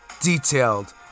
detailed